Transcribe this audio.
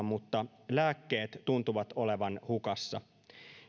mutta lääkkeet tuntuvat olevan hukassa